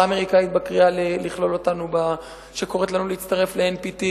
האמריקנית בקריאה שקוראת לנו להצטרף ל-NPT,